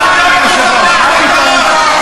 חברי הכנסת, אני מפסיק את הישיבה לחמש דקות.